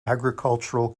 agricultural